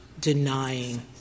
denying